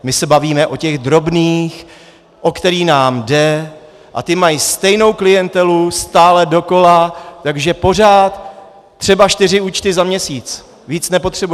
My se bavíme o těch drobných, o které nám jde, a ti mají stejnou klientelu stále dokola, takže pořád třeba čtyři účty za měsíc, víc nepotřebují.